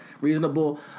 reasonable